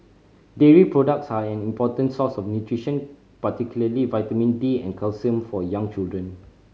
dairy products are an important source of nutrition particularly vitamin D and calcium for young children